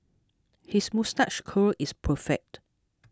his moustache curl is perfect